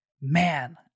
man